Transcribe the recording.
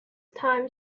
time